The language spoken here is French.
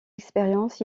expériences